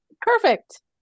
Perfect